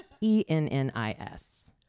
E-N-N-I-S